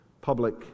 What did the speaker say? public